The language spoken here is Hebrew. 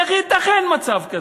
איך ייתכן מצב כזה?